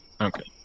Okay